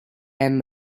and